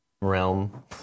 Realm